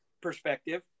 perspective